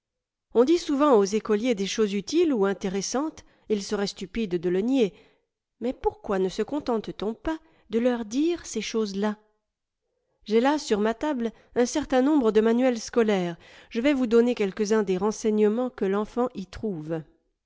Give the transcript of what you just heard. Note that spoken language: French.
on dit souvent aux écoliers des choses utiles ou intéressantes il serait stupide de le nier mais pourquoi ne se contente t on pas de leur dire ces choseslà j'ai là sur ma table un certain nombre de manuels scolaires je vais vous donner quelques-uns des renseignements que l'enfant y trouve